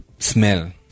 Smell